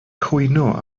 cwyno